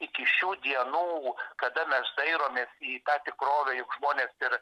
iki šių dienų kada mes dairomės į tą tikrovę juk žmonės ir